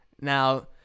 Now